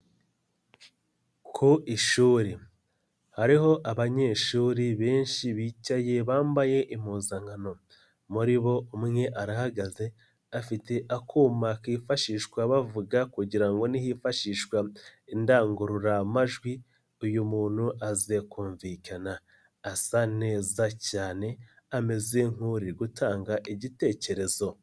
Ku ishuri, hariho abanyeshuri benshi bicaye bambaye impuzankano, muri bo umwe arahagaze afite akuma kifashishwa bavuga kugira ngo ni hifashishwa indangururamajwi uyu muntu aze kumvikana asa neza cyane ameze nk'uri gutanga igitekerezo.